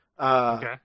Okay